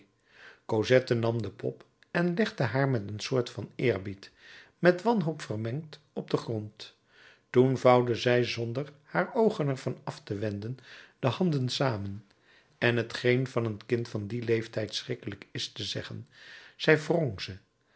cosette nam de pop en legde haar met een soort van eerbied met wanhoop vermengd op den grond toen vouwde zij zonder haar oogen er van af te wenden de handen samen en t geen van een kind van dien leeftijd schrikkelijk is te zeggen zij wrong ze